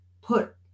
put